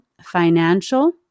financial